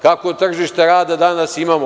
Kakvo tržište rada danas imamo?